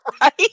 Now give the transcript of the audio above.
Right